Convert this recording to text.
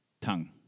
Tongue